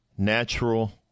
Natural